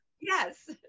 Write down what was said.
Yes